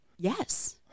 Yes